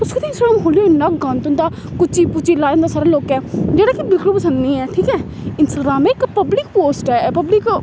तुस कुतै उसी इंस्टाग्राम खोह्लो इन्ना गंद होंदा कुच्ची पुची लाए दा होंदा सारे लोकें जेह्ड़ा कि बिल्कुल पसंद निं ऐ ठीक ऐ इंस्टाग्राम ऐ इक पब्लिक पोस्ट ऐ पब्लिक